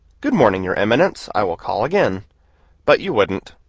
good morning, your eminence, i will call again' but you wouldn't.